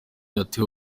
yatewe